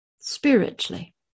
spiritually